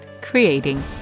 creating